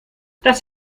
das